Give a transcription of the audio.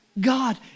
God